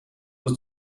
was